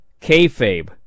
kayfabe